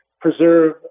preserve